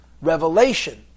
revelation